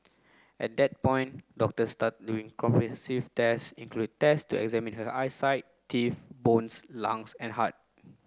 at that point doctors started doing comprehensive test including test to examine her eyesight teeth bones lungs and heart